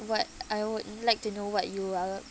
what I would like to know what you are